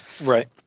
right